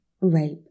rape